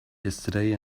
yesterday